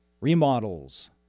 remodels